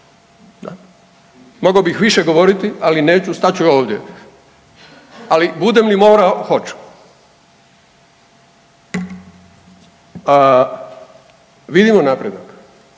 Mogao bih više govoriti, ali neću stat ću ovdje, ali budem li morao hoću. Vidimo napredak,